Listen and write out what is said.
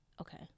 okay